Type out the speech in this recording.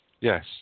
Yes